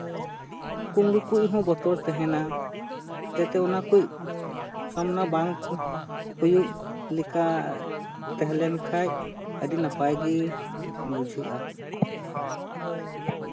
ᱠᱩᱢᱵᱲᱩ ᱠᱚ ᱦᱚᱸ ᱵᱚᱛᱚᱨ ᱛᱮᱦᱮᱱᱟ ᱡᱟᱛᱮ ᱚᱱᱟ ᱠᱚ ᱥᱟᱢᱱᱟ ᱵᱟᱝ ᱦᱩᱭᱩᱜ ᱞᱮᱠᱟ ᱛᱟᱦᱮᱸᱞᱮᱱ ᱠᱷᱟᱱ ᱟᱹᱰᱤ ᱱᱟᱯᱟᱭ ᱜᱮ ᱵᱩᱡᱷᱟᱹᱜᱼᱟ